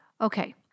Okay